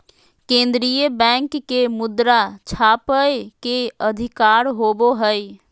केन्द्रीय बैंक के मुद्रा छापय के अधिकार होवो हइ